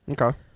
okay